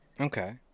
Okay